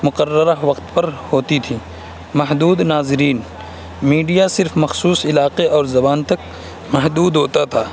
مقررہ وقت پر ہوتی تھی محدود ناظرین میڈیا صرف مخصوص علاقے اور زبان تک محدود ہوتا تھا